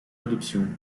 adoption